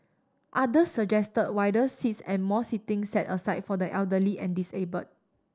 other suggest wider seats and more seating set aside for the elderly and disabled